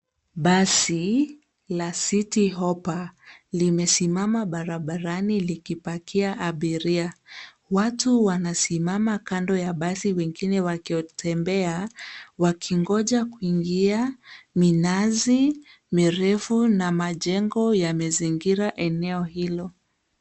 Basi la City Hoppa limesimama barabarani likipakia abiria. Watu wanasimama kando ya basi wengine wakitembea wakingoja kuingia. Minazi mirefu na majengo yamezingira eneo hilo.